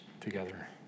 together